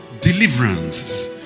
deliverance